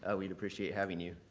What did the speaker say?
ah we'd appreciate having you.